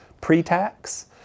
pre-tax